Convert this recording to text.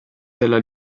della